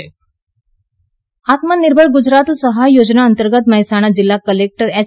આત્મનિર્ભર સહાય યોજના આત્મનિર્ભર ગુજરાત સહાય યોજના અંતર્ગત મહેસાણા જીલ્લા કલેકટર એચ